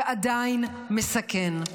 ועדיין מסכן.